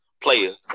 player